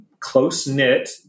close-knit